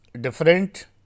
different